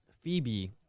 Phoebe